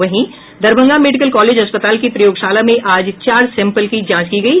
वहीं Darbhanga medical college अस्पताल की प्रयोगशाला में आज चार सैंपल की जांच की गयी